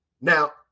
Now